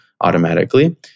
automatically